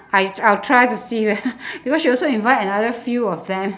I I'll try to see eh because she also invite another few of them